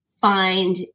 find